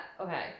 okay